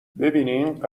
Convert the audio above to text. ببین